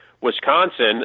Wisconsin